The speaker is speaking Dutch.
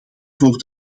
voor